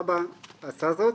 אבא עשה זאת,